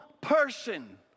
person